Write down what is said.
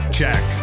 check